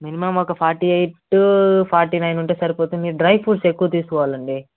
minimum ఒక forty eight forty nine ఉంటే సరిపోతుంది మీరు డ్రై ఫ్రూట్స్ ఎక్కువ తీసుకోవాలండి